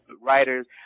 writers